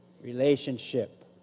relationship